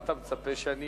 מה אתה מצפה, שאני